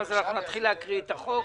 אז אנחנו נתחיל להקריא את החוק.